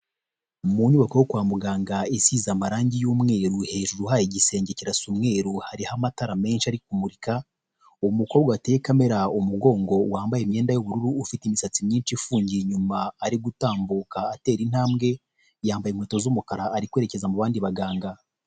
Mu nyubako yo kwa muganga isize amarangi y'umweru hejuru uhaye igisenge kirasa umweru hariho amatara menshi ari kumurika, umukobwa ateka Kamera umugongo wambaye imyenda y'ubururu ufite imisatsi myinshi ifungiye inyuma ari gutambuka atera intambwe yambaye inkweto z'umukara ari kwerekeza mu bandi baganga.